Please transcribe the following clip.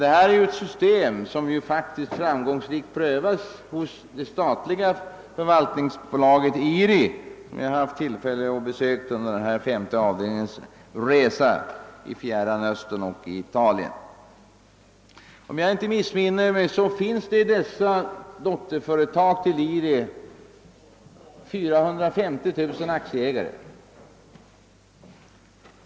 Detta är ett system som framgångsrikt prövas av det statliga förvaltningsbolaget IRI, som jag har haft tillfälle att besöka under femte avdelningens resa till Italien. Om jag inte minns fel har dotterföretagen till IRI 450 000 aktieägare.